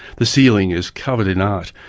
the ceiling is covered in art,